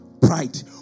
pride